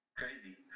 crazy